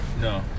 no